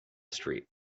street